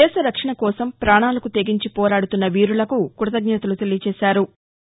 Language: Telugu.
దేశ రక్షణ కోసం పాణాలకు తెగించి పోరాడుతున్న వీరులకు కృతజ్ఞతలు తెలిపారు